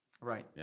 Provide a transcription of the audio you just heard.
Right